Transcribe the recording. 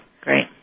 Great